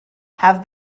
have